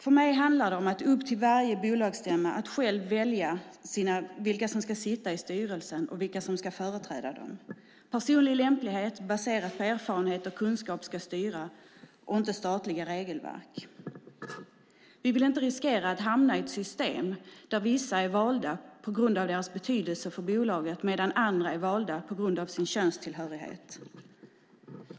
För mig handlar det om att det är upp till varje bolagsstämma att själv välja vilka som ska sitta i styrelsen och vilka som ska företräda dem. Personlig lämplighet baserad på erfarenhet och kunskap ska styra, och inte statliga regelverk. Vi vill inte riskera att hamna i ett system där vissa är valda på grund av sin betydelse för bolaget medan andra är valda på grund av sin könstillhörighet.